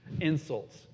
insults